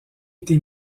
été